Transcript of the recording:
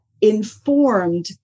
informed